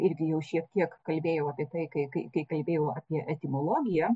irgi jau šiek tiek kalbėjau apie tai ka kai kalbėjau apie etimologiją